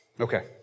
Okay